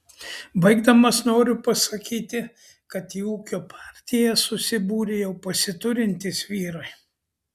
baigdamas noriu pasakyti kad į ūkio partiją susibūrė jau pasiturintys vyrai